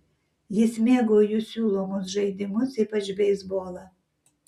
jis mėgo jų siūlomus žaidimus ypač beisbolą